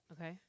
Okay